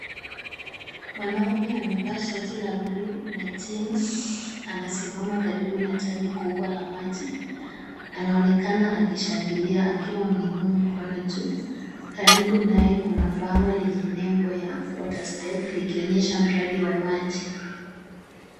Mwanaume amevaa shati la bluu na jeans anasimama karibu na tanki kubwa la maji, anaonekana akishangilia akiwa ameinua mkono juu, karibu naye kuna bango lenye nembo ya Water Step likionyesha mradi wa maji.